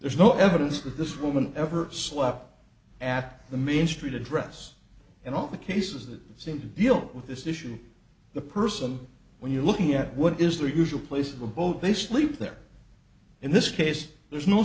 there's no evidence that this woman ever slept at the main street address in all the cases that seem to deal with this issue the person when you're looking at what is their usual place of abode they sleep there in this case there's no